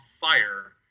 fire